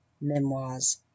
memoirs